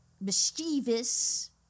mischievous